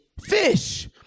Fish